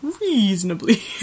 Reasonably